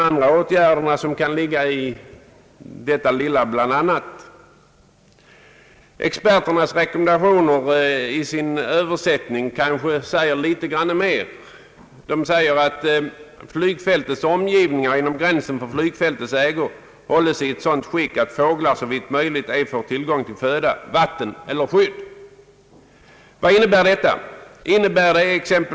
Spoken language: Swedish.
Vilka åtgärder kan ligga i det lilla »bl.a.»? Experternas rekommendationer i översättning säger kanske litet mera, nämligen att »flygfältets omgivningar inom gränsen för flygfältets ägor hålles i ett sådant skick att fåglar såvitt möjligt ej får tillgång till föda, vatten eller skydd». Vad innebär detta?